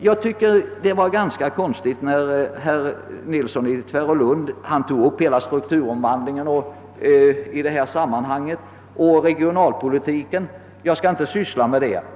Jag tycker det är ganska underligt att herr Nilsson i Tvärålund i detta sammanhang tar upp hela strukturomvandlingen och regionalpolitiken. Jag skall inte syssla med det.